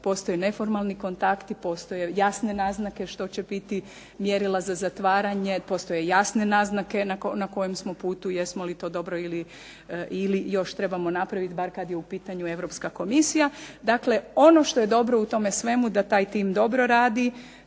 postoje neformalni kontakti, postoje jasne naznake što će biti mjerila za zatvaranje, postoje jasne naznake na kojem smo putu, jesmo li to dobro ili još trebamo napraviti bar kad je u pitanju Europska Komisija. Dakle ono što je dobro u tome svemu da taj tim dobro radi